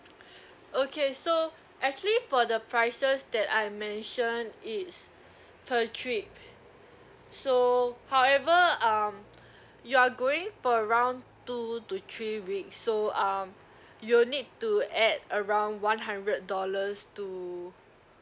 okay so actually for the prices that I mention is per trip so however um you are going for around two to three weeks so um you'll need to add around one hundred dollars to